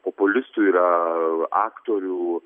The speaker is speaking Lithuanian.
populistų yra aktorių